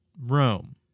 Rome